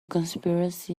conspiracy